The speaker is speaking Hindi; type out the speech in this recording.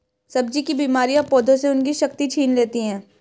सब्जी की बीमारियां पौधों से उनकी शक्ति छीन लेती हैं